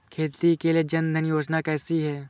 खेती के लिए जन धन योजना कैसी है?